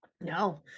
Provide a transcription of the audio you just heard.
no